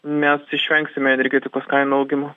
mes išvengsime energetikos kainų augimo